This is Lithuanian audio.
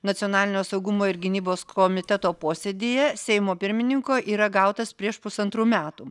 nacionalinio saugumo ir gynybos komiteto posėdyje seimo pirmininko yra gautas prieš pusantrų metų